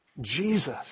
Jesus